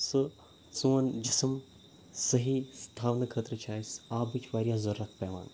سُہ سون جسم صحیح تھاونہٕ خٲطرٕ چھِ اَسہِ آبٕچ واریاہ ضوٚرَتھ پٮ۪وان